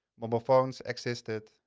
mobile phones existed.